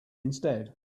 instead